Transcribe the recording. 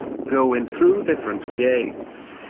go in through different gates.